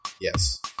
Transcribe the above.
Yes